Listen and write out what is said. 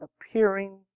appearing